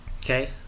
Okay